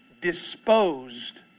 disposed